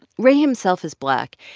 ray himself is black,